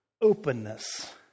openness